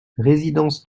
résidence